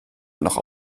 noch